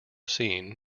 scene